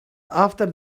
after